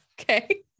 okay